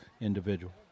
individual